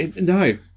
No